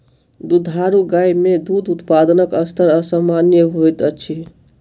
दुधारू गाय मे दूध उत्पादनक स्तर असामन्य होइत अछि